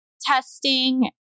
testing